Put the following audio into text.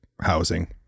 housing